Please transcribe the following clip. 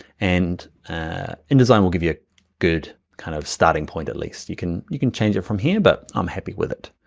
and indesign will give you a good kind of starting point at least. you can you can change it from here, but i'm happy with it.